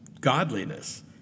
godliness